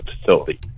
facility